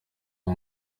uwo